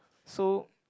so